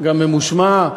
גם ממושמע,